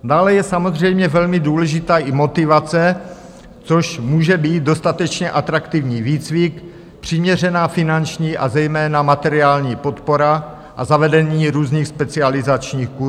Dále je samozřejmě velmi důležitá i motivace, což může být dostatečně atraktivní výcvik, přiměřená finanční, a zejména materiální podpora a zavedení různých specializačních kurzů.